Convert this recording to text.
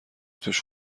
توش